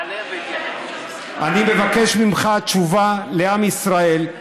אני מבקש ממך תשובה לעם ישראל.